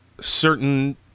certain